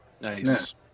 nice